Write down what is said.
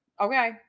Okay